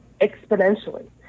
exponentially